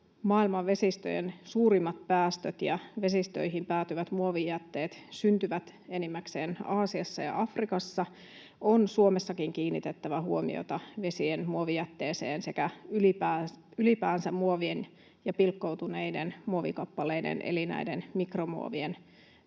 maailman vesistöjen suurimmat päästöt ja vesistöihin päätyvät muovijätteet syntyvät enimmäkseen Aasiassa ja Afrikassa, on Suomessakin kiinnitettävä huomiota vesien muovijätteeseen sekä ylipäänsä muovien ja pilkkoutuneiden muovikappaleiden eli mikromuovien